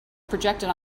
projected